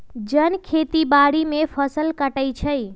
जन खेती बाड़ी में फ़सल काटइ छै